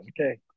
Okay